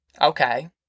Okay